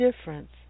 difference